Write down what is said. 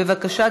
בבקשה,